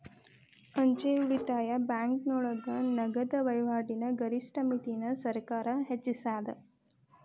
ಅಂಚೆ ಉಳಿತಾಯ ಬ್ಯಾಂಕೋಳಗ ನಗದ ವಹಿವಾಟಿನ ಗರಿಷ್ಠ ಮಿತಿನ ಸರ್ಕಾರ್ ಹೆಚ್ಚಿಸ್ಯಾದ